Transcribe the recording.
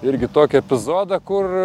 irgi tokį epizodą kur